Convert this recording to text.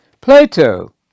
Plato